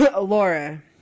Laura